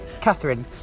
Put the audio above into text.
Catherine